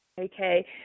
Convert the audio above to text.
Okay